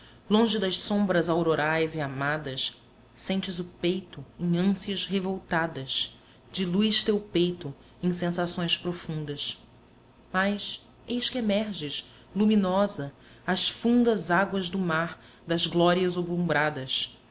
longe das sombras aurorais e amadas sentes o peito em ânsias revoltadas diluis teu peito em sensações profundas mas eis que emerges luminosa às fundas águas do mar das glórias